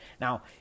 now